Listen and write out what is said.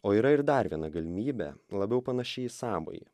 o yra ir dar viena galimybė labiau panaši į sąmojį